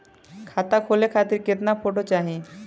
खाता खोले खातिर केतना फोटो चाहीं?